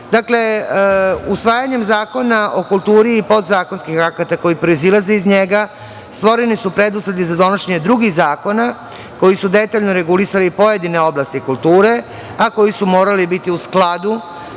ravnopravnosti. Usvajanjem Zakona o kulturi i podzakonskih akata koji proizilaze iz njega stvoreni su preduslovi za donošenje drugih zakona koji su detaljno regulisali pojedine oblasti kulture, a koji su morali biti u skladu